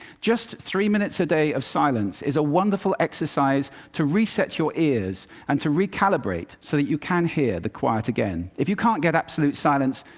just three minutes a day of silence is a wonderful exercise to reset your ears and to recalibrate, so that you can hear the quiet again. if you can't get absolute silence,